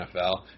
NFL